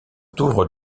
tour